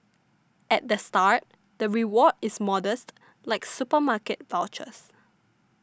at the start the reward is modest like supermarket vouchers